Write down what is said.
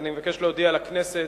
אני מבקש להודיע לכנסת,